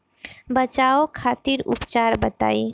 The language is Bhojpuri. बचाव खातिर उपचार बताई?